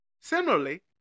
Similarly